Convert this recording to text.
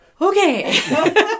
Okay